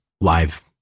live